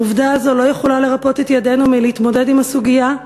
העובדה הזו לא יכולה לרפות את ידינו מלהתמודד עם הסוגיה,